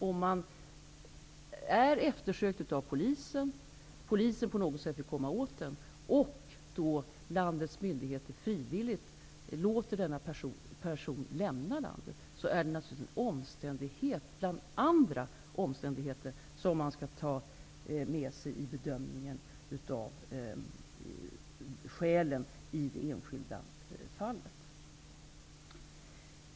Att en person är eftersökt av polisen och landets myndigheter då frivilligt låter personen lämna landet, är naturligtvis en omständighet bland andra omständigheter som skall tas med vid bedömningen av skälen i det enskilda fallet.